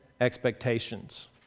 expectations